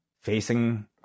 facing